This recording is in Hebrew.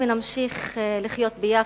ונמשיך לחיות ביחד,